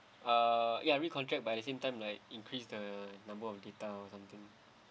please the number of the thousand